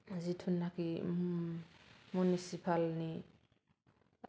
जितुनाकि मिउनिसिपालनि